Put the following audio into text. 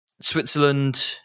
Switzerland